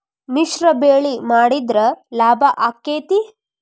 ಮಿಶ್ರ ಬೆಳಿ ಮಾಡಿದ್ರ ಲಾಭ ಆಕ್ಕೆತಿ?